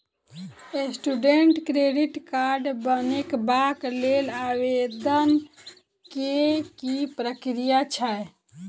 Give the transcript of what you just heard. Student credit card बनेबाक लेल आवेदन केँ की प्रक्रिया छै?